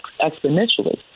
exponentially